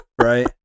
Right